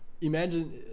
Imagine